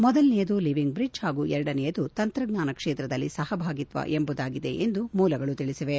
ಮೊದಲನೆಯದು living bridge ಹಾಗೂ ಎರಡನೆಯದು ತಂತ್ರಜ್ಞಾನ ಕ್ಷೇತ್ರದಲ್ಲಿ ಸಹಭಾಗಿತ್ವ ಎಂಬುದಾಗಿದೆ ಮೂಲಗಳು ತಿಳಿಸಿವೆ